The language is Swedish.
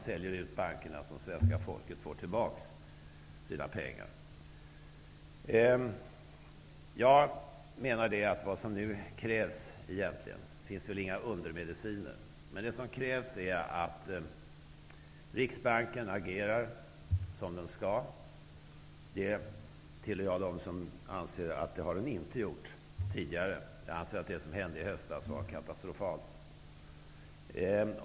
Det är då som svenska folket får tillbaka sina pengar. Vad som nu krävs -- även om det inte finns några undermediciner -- är att Riksbanken agerar som den skall. Jag tillhör dem som anser att den inte har gjort det tidigare. Jag anser att det som hände i höstas var katastrofalt.